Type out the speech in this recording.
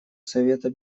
совета